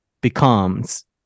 becomes